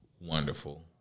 Wonderful